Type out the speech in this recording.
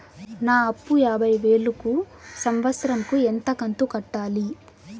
నా అప్పు యాభై వేలు కు సంవత్సరం కు ఎంత కంతు కట్టాలి?